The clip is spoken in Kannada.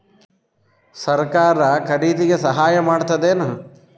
ಸರಕಾರ ಖರೀದಿಗೆ ಸಹಾಯ ಮಾಡ್ತದೇನು?